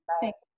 Thanks